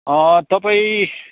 तपाईँ